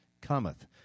cometh